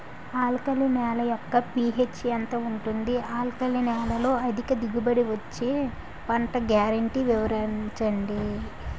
Alkali నేల యెక్క pH ఎంత ఉంటుంది? ఆల్కలి నేలలో అధిక దిగుబడి ఇచ్చే పంట గ్యారంటీ వివరించండి?